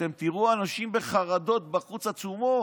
אתם תראו בחוץ אנשים בחרדות עצומות,